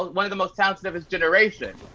one of the most talented of his generation.